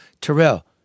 Terrell